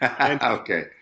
Okay